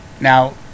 now